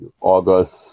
August